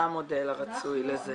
מה המודל הרצוי לזה?